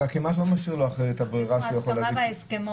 אתה כמעט לא משאיר לו את הברירה --- כמו ההסכמה וההסכמון.